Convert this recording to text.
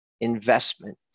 investment